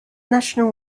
national